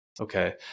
okay